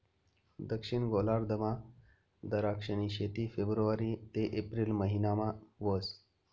दक्षिण गोलार्धमा दराक्षनी शेती फेब्रुवारी ते एप्रिल महिनामा व्हस